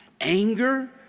anger